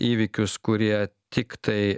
įvykius kurie tiktai